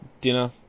dinner